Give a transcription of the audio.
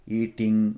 eating